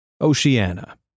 Oceania